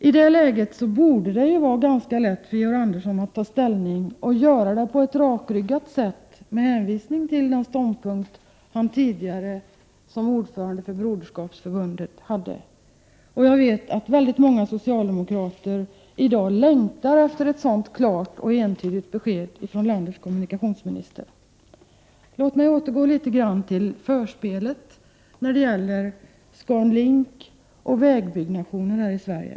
I det läget borde det vara ganska lätt för Georg Andersson att ta ställning och göra det på ett rakryggat sätt med hänsyn till den ståndpunkt han som ordförande i Broderskapsförbundet tidigare hade. Jag vet att många socialdemokrater i dag längtar efter ett sådant klart och entydigt besked från landets kommunikationsminister. Låt mig återgå till förspelet när det gäller ScanLink och vägbyggande här i Sverige.